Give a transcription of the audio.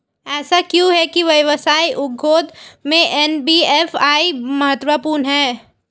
ऐसा क्यों है कि व्यवसाय उद्योग में एन.बी.एफ.आई महत्वपूर्ण है?